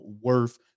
worth